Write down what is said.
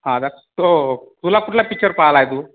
हां तर तो तुला कुठला पिच्चर पाहिलाय तू